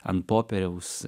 an popieriaus